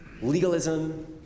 legalism